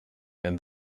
and